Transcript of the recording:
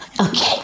Okay